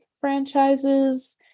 franchises